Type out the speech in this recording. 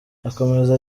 akomeza